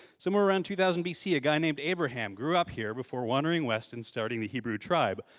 somewhere around two thousand bc, a guy named abraham grew up here, before wondering west and starting the hebrew tribe.